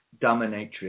dominatrix